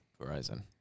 Verizon